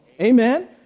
Amen